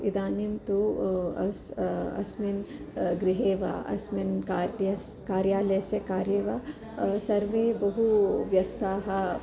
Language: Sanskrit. इदानीं तु अस् अस्मिन् गृहे वा अस्मिन् कार्यस् कार्यालयस्य कार्ये वा सर्वे बहु व्यस्थाः